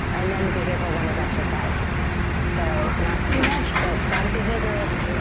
and then the behavioral one is exercise so not too much, but it's got to be vigorous.